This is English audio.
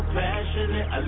passionate